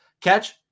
catch